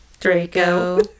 Draco